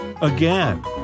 Again